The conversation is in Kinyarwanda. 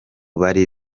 bari